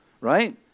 right